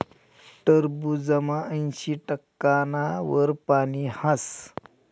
टरबूजमा ऐंशी टक्काना वर पानी हास